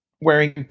wearing